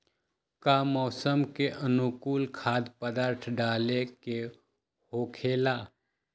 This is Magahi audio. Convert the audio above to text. का मौसम के अनुकूल खाद्य पदार्थ डाले के होखेला?